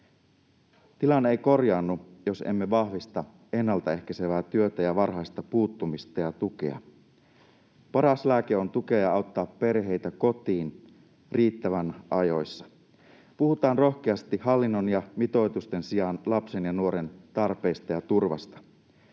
Tilanne ei korjaannu, jos emme vahvista ennaltaehkäisevää työtä ja varhaista puuttumista ja tukea. Paras lääke on tukea ja auttaa perheitä kotiin riittävän ajoissa. Puhutaan rohkeasti hallinnon ja mitoitusten sijaan lapsen ja nuoren tarpeista ja turvasta.